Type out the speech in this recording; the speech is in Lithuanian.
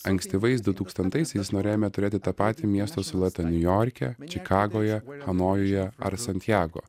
ankstyvais dutūkstantaisiais norėjome turėti tą patį miesto siluetą niujorke čikagoje hanojuje ar santjago